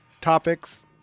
topics